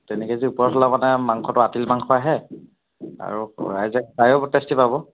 তিনি কেজি ওপৰত হ'লে মানে মাংসটো আটিল মাংস আহে আৰু ৰাইজে চায়ো টেষ্টি পাব